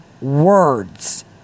words